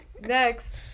Next